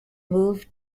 moved